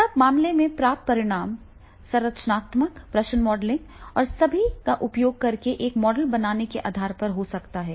तब मामले में प्राप्त परिणाम संरचनात्मक प्रश्न मॉडलिंग और सभी का उपयोग करके एक मॉडल बनाने के आधार पर हो सकता है